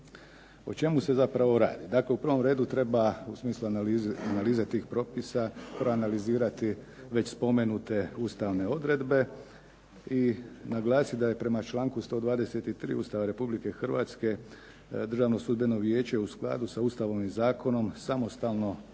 O čemu se zapravo radi? Dakle, u prvom redu treba u smislu analize tih propisa proanalizirati već spomenute ustavne odredbe i naglasiti da je prema članku 123. Ustava Republike Hrvatske Državno sudbeno vijeće u skladu sa Ustavom i zakonom samostalno odlučuje